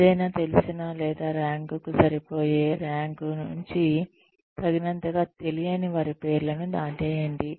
ఏదైనా తెలిసిన లేదా ర్యాంకుకు సరిపోయే ర్యాంకు నుంచి తగినంతగా తెలియని వారి పేర్లను దాటేయండి